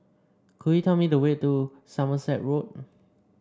could you tell me the way to Somerset Road